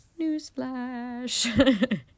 Newsflash